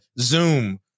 Zoom